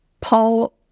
Paul